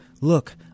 Look